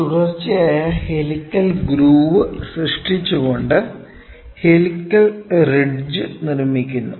തുടർച്ചയായ helical groove സൃഷ്ടിച്ചുകൊണ്ട് helical ridge നിർമ്മിക്കുന്നു